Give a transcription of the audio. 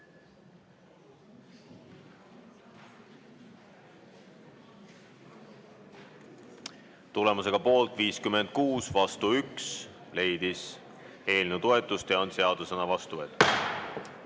Tulemusega poolt 56 ja vastu 1 leidis eelnõu toetust ning on seadusena vastu võetud.